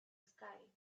sky